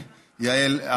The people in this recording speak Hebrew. יעל,